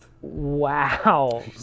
Wow